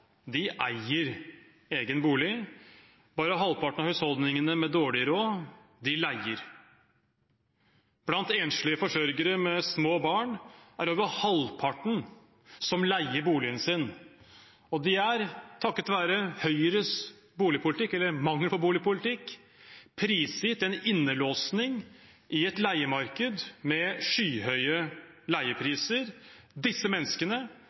eier egen bolig. Halvparten av husholdningene med dårlig råd, leier. Blant enslige forsørgere med små barn er det over halvparten som leier boligen sin, og de er, takket være Høyres boligpolitikk eller mangel på boligpolitikk, prisgitt en innelåsing i et leiemarked med skyhøye leiepriser. Disse menneskene